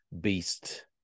beast